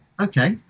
okay